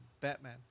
Batman